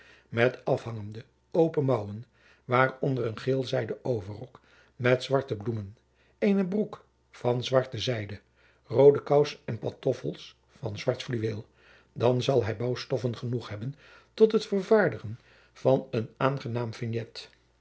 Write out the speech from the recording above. met afhangende open mouwen waaronder een geelzijden overrok met zwarte bloemen eenen broek van zwarte zijde roode koussen en pantoffels van zwart fluweel dan jacob van lennep de pleegzoon zal hij bouwstoffen genoeg hebben tot het vervaardigen van een aangenaam vignet